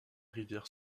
rivière